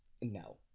no